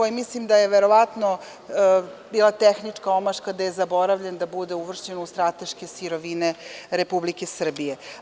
Mislim da je verovatno bila tehnička omaška da je zaboravljen da bude uvršćen u strateške sirovine Republike Srbije.